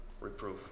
reproof